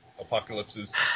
apocalypses